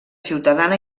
ciutadana